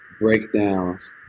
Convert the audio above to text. breakdowns